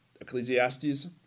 Ecclesiastes